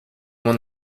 mon